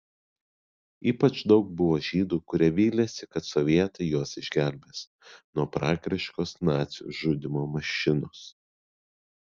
ypač daug buvo žydų kurie vylėsi kad sovietai juos išgelbės nuo pragariškos nacių žudymo mašinos